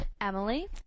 Emily